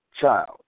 child